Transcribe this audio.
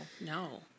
no